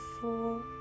four